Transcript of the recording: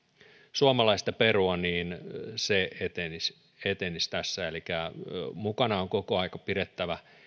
suomalaista perua etenisi etenisi tässä elikkä mukana on koko aika pidettävä